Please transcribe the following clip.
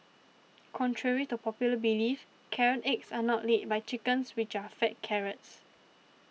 contrary to popular belief carrot eggs are not laid by chickens which are fed carrots